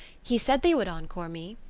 he said they would encore me.